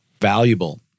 valuable